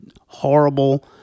horrible